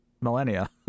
millennia